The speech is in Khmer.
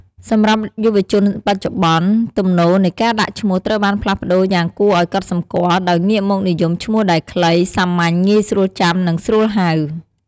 សម្រាប់យុវជនបច្ចុប្បន្ន ទំនោរនៃការដាក់ឈ្មោះត្រូវបានផ្លាស់ប្ដូរយ៉ាងគួរឲ្យកត់សម្គាល់ ដោយងាកមកនិយមឈ្មោះដែល ខ្លី សាមញ្ញ ងាយស្រួលចាំ និងស្រួលហៅ។